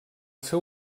seu